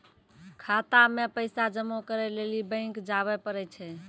खाता मे पैसा जमा करै लेली बैंक जावै परै छै